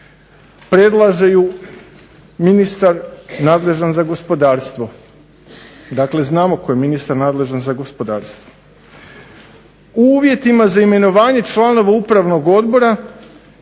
Predlaže ju ministar nadležan za gospodarstvo. Dakle, znamo tko je ministar nadležan za gospodarstvo. U uvjetima za imenovanje članova upravnog odbora,